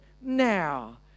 now